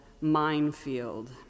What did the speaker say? minefield